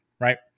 right